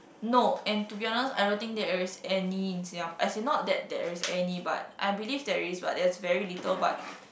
no and to be honest I don't think there is any in Singa~ as in not that there is any but I believe there is what there's very little but